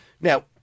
Now